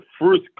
first